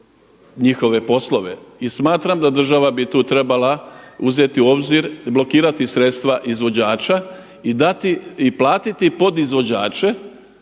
njihove poslove. I smatram da država bi tu trebala uzeti u obzir, blokirati sredstava izvođača i dati i platiti podizvođače